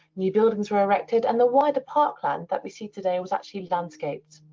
new buildings were erected. and the wider parkland that we see today was actually landscaped.